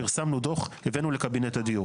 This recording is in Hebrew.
פרסמנו דוח, הבאנו לקבינט הדיור.